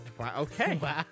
Okay